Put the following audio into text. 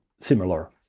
similar